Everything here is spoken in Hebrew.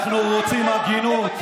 אנחנו רוצים הגינות.